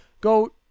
Go